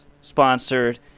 sponsored